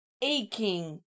aching